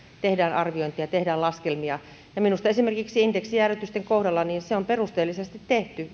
tehdään arviointia tehdään laskelmia ja minusta esimerkiksi indeksijäädytysten kohdalla se on perusteellisesti tehty